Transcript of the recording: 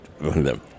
no